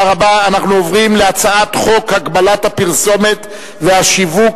אני קובע שהצעת חוק מתן שירות לציבור בגופים